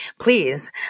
Please